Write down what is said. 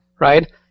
right